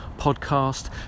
podcast